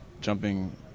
jumping